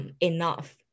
enough